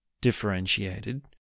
differentiated